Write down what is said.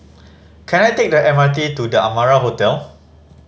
can I take the M R T to The Amara Hotel